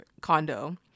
condo